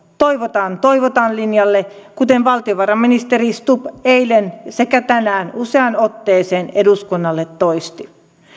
toivotaan toivotaan linjalle kuten valtiovarainministeri stubb eilen sekä tänään useaan otteeseen eduskunnalle toisti